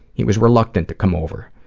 he was reluctant to come over,